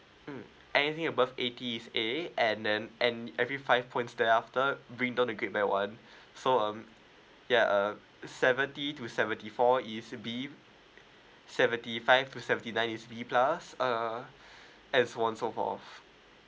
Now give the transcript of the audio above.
mm anything above eighty is A and then and every five points there after bring down the grade back one so um ya uh seventy to seventy four is B seventy five to seventy nine is B plus uh as one so forth